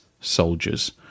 soldiers